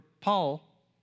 Paul